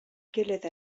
gilydd